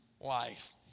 life